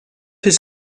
his